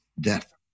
death